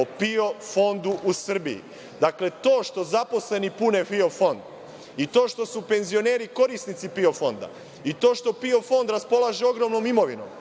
o PIO fondu u Srbiji. Dakle, to što zaposleni pune PIO fond i to što su penzioneri korisnici PIO fonda, to što PIO fond raspolaže ogromnom imovinom,